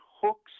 hooks